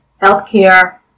healthcare